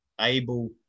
Able